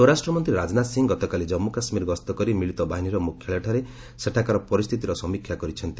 ସ୍ୱରାଷ୍ଟ୍ରମନ୍ତ୍ରୀ ରାଜନାଥ ସିଂ ଗତକାଲି ଜାନ୍ମୁ କାଶ୍ମୀର ଗସ୍ତ କରି ମିଳିତ ବାହିନୀର ମୁଖ୍ୟାଳୟଠାରେ ସେଠାକାର ପରିସ୍ଥିତିର ସମୀକ୍ଷା କରିଛନ୍ତି